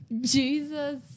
Jesus